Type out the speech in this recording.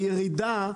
הירידה,